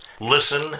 Listen